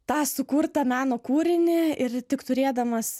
tą sukurtą meno kūrinį ir tik turėdamas